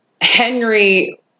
Henry